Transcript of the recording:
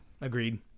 Agreed